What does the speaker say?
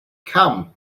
come